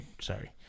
sorry